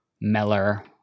meller